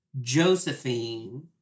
Josephine